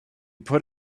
put